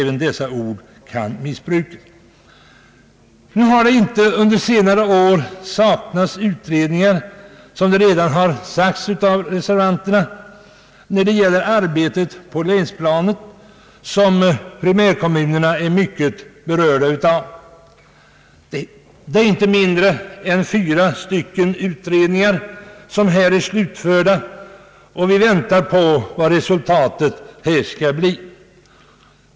Såsom reservanterna redan har sagt har det inte saknats utredningar när det gäller arbetet på länsplanet, som primärkommunerna i hög grad är berörda av. Inte mindre än fyra utredningar är slutförda i detta sammanhang, och vi väntar på resultatet.